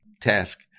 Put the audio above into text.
task